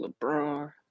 LeBron